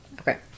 Okay